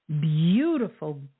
beautiful